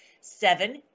Seven